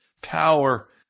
power